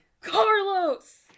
Carlos